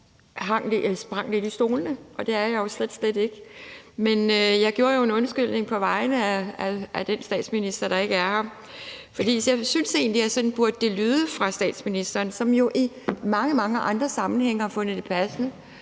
Bek sprang lidt i stolene – og det er jeg jo slet, slet ikke. Men jeg gav en undskyldning på vegne af den statsminister, der ikke er her, for jeg synes egentlig, at sådan burde det lyde fra statsministerens side, som jo i mange, mange andre sammenhænge har fundet det passende